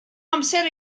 amser